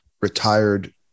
retired